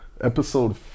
Episode